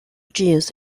jains